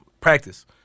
practice